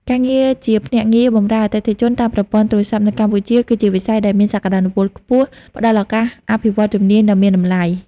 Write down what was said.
ការងារជាភ្នាក់ងារបម្រើអតិថិជនតាមប្រព័ន្ធទូរស័ព្ទនៅកម្ពុជា គឺជាវិស័យដែលមានសក្ដានុពលខ្ពស់ ផ្ដល់ឱកាសអភិវឌ្ឍន៍ជំនាញដ៏មានតម្លៃ។